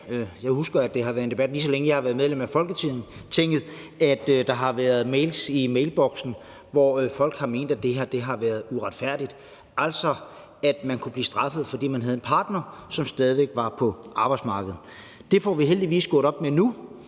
Jeg husker, at der har været debat om dem, lige så længe som jeg har været medlem af Folketinget, og at der har været mails i mailboksen, hvor folk har ment, at det her har været uretfærdigt, altså at man kunne blive straffet, fordi man havde en partner, som stadig væk var på arbejdsmarkedet. Det får vi heldigvis gjort op med nu.